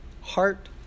Heart